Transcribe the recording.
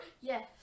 Yes